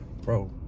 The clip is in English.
Bro